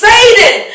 Satan